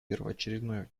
первоочередное